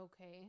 Okay